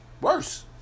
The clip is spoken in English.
Worse